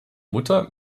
mutter